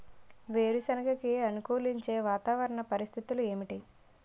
వేరుసెనగ కి అనుకూలించే వాతావరణ పరిస్థితులు ఏమిటి?